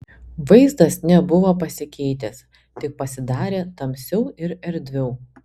vaizdas nebuvo pasikeitęs tik pasidarė tamsiau ir erdviau